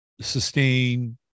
sustain